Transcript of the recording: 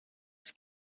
does